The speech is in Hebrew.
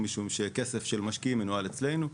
משום שכסף של משקיעים מנוהל אצלנו,